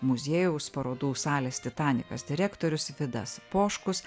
muziejaus parodų salės titanikas direktorius vidas poškus